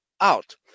out